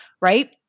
right